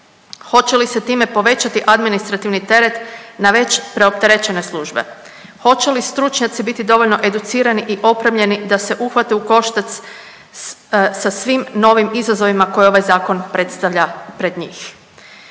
Hoće li se time povećati administrativni teret na već preopterećene službe? Hoće li stručnjaci biti dovoljno educirani i opremljeni da se uhvate u koštac sa svim novim izazovima koje ovaj zakon predstavlja pred njih?